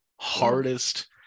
hardest